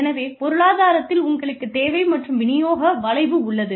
எனவே பொருளாதாரத்தில் உங்களுக்குத் தேவை மற்றும் விநியோக வளைவு உள்ளது